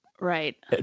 Right